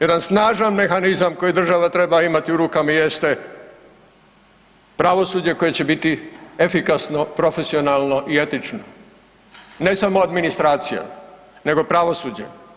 Jedan snažan mehanizam koji država treba imati u rukama jeste pravosuđe koje će biti efikasno, profesionalno i etično, ne samo od administracija nego pravosuđe.